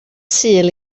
sul